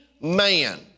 man